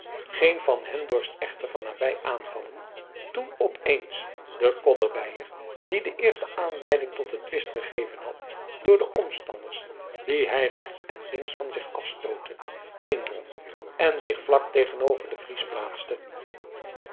geen van hen dorst hem echter van nabij aanvallen toen op eens de koddebeier die de eerste aanleiding tot den twist gegeven had door de omstanders die hij rechts en links van zich afstootte heen drong en zich vlak tegenover den fries plaatste